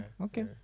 okay